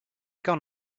gone